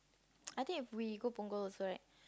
I think if we go Punggol is alright